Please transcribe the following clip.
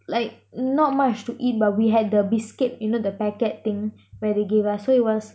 like not much to eat but we had the biscuit you know the packet thing where they gave us so it was